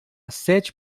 sete